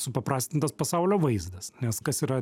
supaprastintas pasaulio vaizdas nes kas yra